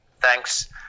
Thanks